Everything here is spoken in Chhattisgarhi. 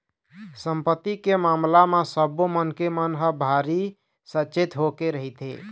संपत्ति के मामला म सब्बो मनखे मन ह भारी सचेत होके रहिथे